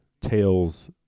tales